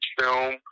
film